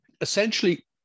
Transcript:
essentially